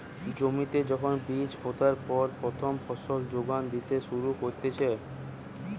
জমিতে যখন বীজ পোতার পর প্রথম ফসল যোগান দিতে শুরু করতিছে